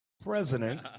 president